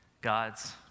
God's